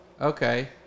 Okay